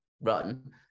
run